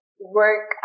work